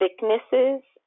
thicknesses